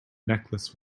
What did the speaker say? necklace